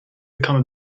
become